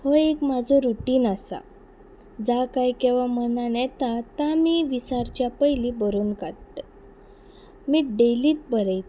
हो एक म्हाजो रुटीन आसा जां कांय केवा मनान येता ता मी विसारच्या पयलीं बरोवन काडटय मी डेलींत बरयत